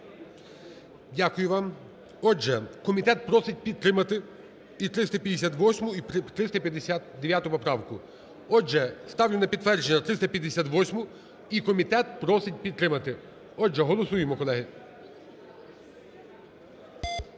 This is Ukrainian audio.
Дякую вам. Отже, комітет просить підтримати і 358-у, і 359-у поправку. Отже, ставлю на підтвердження 358-у, і комітет просить підтримати. Отже, голосуємо, колеги.